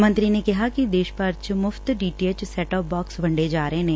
ਮੰਤਰੀ ਨੇ ਕਿਹਾ ਕਿ ਦੇਸ਼ ਭਰ ਚ ਮੁਫ਼ਤ D T H set top box ਵੰਡੇ ਜਾ ਰਹੇ ਨੇ